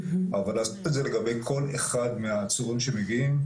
אבל לעשות את זה לגבי כל אחד מהעצורים שמגיעים,